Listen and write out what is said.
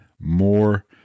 more